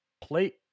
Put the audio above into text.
plate